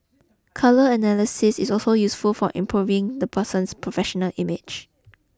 colour analysis is also useful for improving the person's professional image